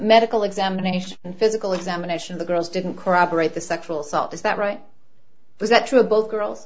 medical examination and physical examination of the girls didn't corroborate the sexual assault is that right was that true of both girls